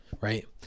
Right